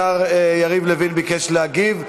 השר יריב לוין ביקש להגיב.